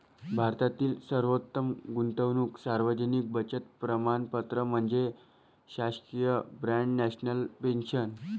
भारतातील सर्वोत्तम गुंतवणूक सार्वजनिक बचत प्रमाणपत्र म्हणजे शासकीय बाँड नॅशनल पेन्शन